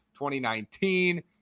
2019